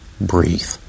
Breathe